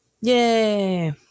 Yay